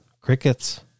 Crickets